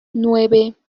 nueve